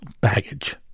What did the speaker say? baggage